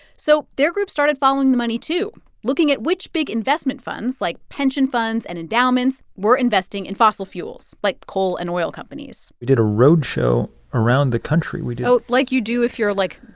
so their group started following the money, too, looking at which big investment funds, like pension funds and endowments, were investing in fossil fuels, like coal and oil companies we did a roadshow around the country. we did. oh, like you do if you're, like,